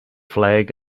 flag